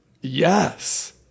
Yes